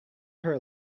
her